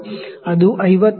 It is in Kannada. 02 ಆಗಿದ್ದು ಅದು 51